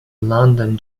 london